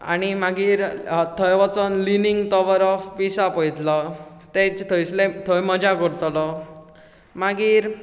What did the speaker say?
आनी मागीर थंय वचोन लिनींग टावर ऑफ पीसा पळतलो तेच थंयसल्ले थंय मजा करतलो मागीर